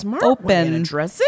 open